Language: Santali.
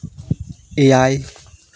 ᱮᱭᱟᱭ